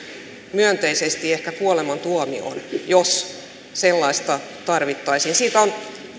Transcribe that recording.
myönteisesti ehkä myös kuolemantuomioon jos sellaista tarvittaisiin siitä on